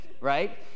right